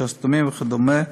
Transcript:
שסתומים וכדומה,